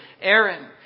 Aaron